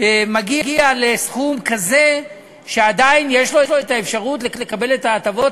מגיעים לסכום כזה שעדיין יש להם האפשרות לקבל את ההטבות,